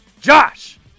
Josh